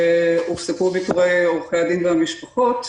הופסקו ביקורי עורכי הדין והמשפחות,